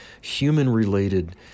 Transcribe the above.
human-related